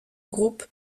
groupe